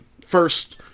first